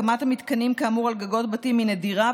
הקמת המתקנים כאמור על גגות בתים היא נדירה,